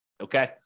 Okay